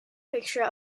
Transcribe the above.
fixture